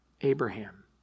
Abraham